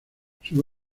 sus